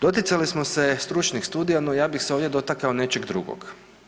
Doticali smo se stručnih studija, no ja bih se ovdje dotakao nečeg drugog.